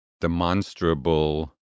demonstrable